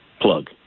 plug